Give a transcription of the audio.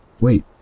wait